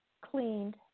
cleaned